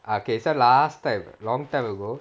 okay so last time long time ago